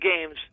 games